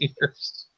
years